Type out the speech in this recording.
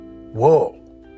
Whoa